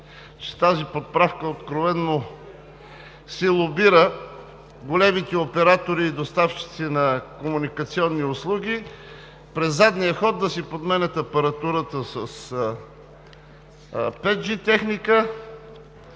че тази поправка откровено лобира големите оператори и доставчици на комуникационни услуги през задния вход да си подменят апаратурата с 5G техника.